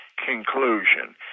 conclusion